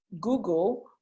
Google